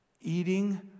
Eating